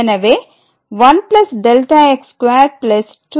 எனவே 1 Δx2 2Δx 1 2